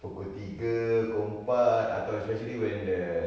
pukul tiga pukul empat atau especially when the